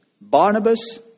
Barnabas